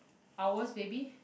owl's baby